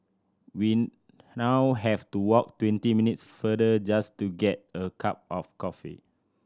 we now have to walk twenty minutes further just to get a cup of coffee